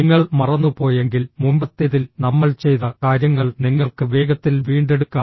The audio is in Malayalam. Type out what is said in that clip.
നിങ്ങൾ മറന്നുപോയെങ്കിൽ മുമ്പത്തേതിൽ നമ്മൾ ചെയ്ത കാര്യങ്ങൾ നിങ്ങൾക്ക് വേഗത്തിൽ വീണ്ടെടുക്കാം